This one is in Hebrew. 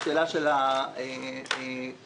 בבקשה, אסי מסינג.